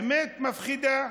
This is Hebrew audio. האמת מפחידה: